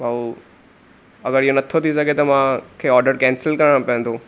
भाऊ अगरि इहो नथो थी सघे त मूंखे ओर्डर केंसिल करिणो पवंदो